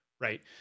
Right